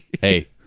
Hey